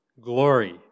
glory